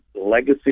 legacy